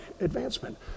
advancement